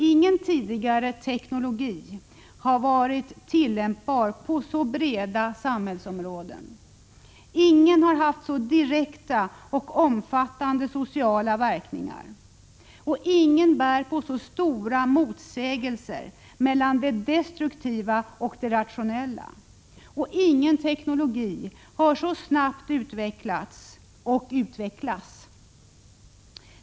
Ingen tidigare teknologi har varit tillämpbar på så breda samhällsområden, ingen har haft så direkta och omfattande sociala verkningar, ingen bär på så stora motsägelser mellan det destruktiva och det rationella och ingen teknologi har utvecklats eller kommer att utvecklas så snabbt.